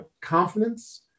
confidence